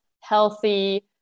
healthy